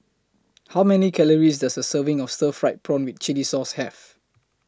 How Many Calories Does A Serving of Stir Fried Prawn with Chili Sauce Have